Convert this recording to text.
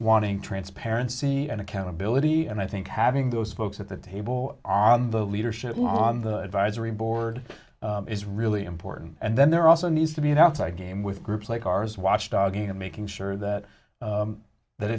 wanting transparency and accountability and i think having those folks at the table on the leadership on the advisory board is really important and then there also needs to be an outside game with groups like ours watchdog are making sure that that